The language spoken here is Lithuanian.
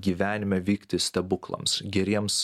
gyvenime vykti stebuklams geriems